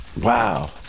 Wow